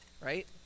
right